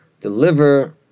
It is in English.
deliver